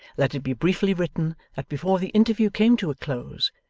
let it be briefly written that before the interview came to a close,